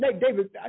David